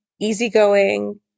easygoing